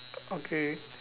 okay